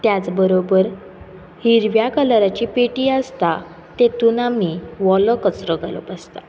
त्याच बरोबर हिरव्या कलराची पेटी आसता तातूंत आमी ओलो कचरो घालप आसता